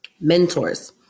mentors